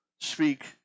speak